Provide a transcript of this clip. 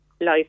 life